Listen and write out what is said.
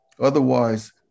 Otherwise